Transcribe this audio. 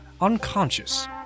unconscious